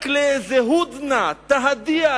רק לאיזה "הודנה", "תהדיה".